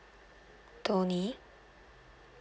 tony